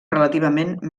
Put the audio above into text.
relativament